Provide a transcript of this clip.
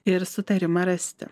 ir sutarimą rasti